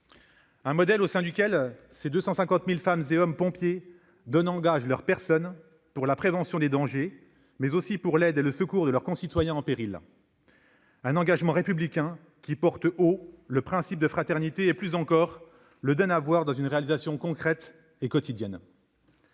ce modèle, les 250 000 femmes et hommes pompiers donnent en gage leur personne pour la prévention des dangers, mais aussi pour l'aide et le secours à leurs concitoyens en péril, un engagement républicain qui porte haut le principe de fraternité et, plus encore, le donne à voir dans sa réalisation concrète et quotidienne.